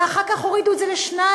ואחר כך הורידו את זה לשניים,